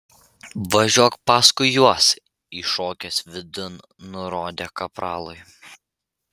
važiuok paskui juos įšokęs vidun nurodė kapralui